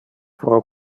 pro